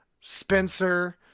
Spencer